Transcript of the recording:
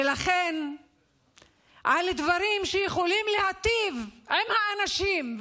ולכן על דברים שיכולים להיטיב עם אנשים,